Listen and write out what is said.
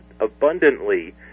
abundantly